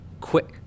quick